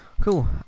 cool